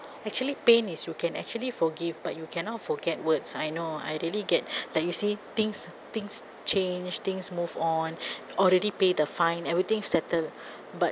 actually pain is you can actually forgive but you cannot forget words I know I really get like you see things things change things move on already pay the fine everything settled but